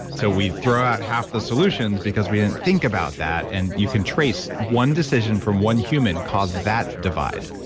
so we throw out half the solutions because we didn't think think about that and you can trace one decision from one human caused that divide.